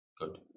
good